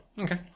Okay